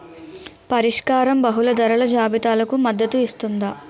పరిష్కారం బహుళ ధరల జాబితాలకు మద్దతు ఇస్తుందా?